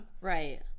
right